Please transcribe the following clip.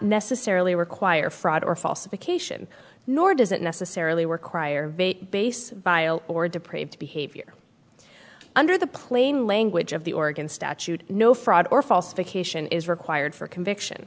necessarily require fraud or false a vacation nor does it necessarily work cryer vait base or deprived behavior under the plain language of the oregon statute no fraud or false vacation is required for a conviction